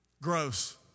Gross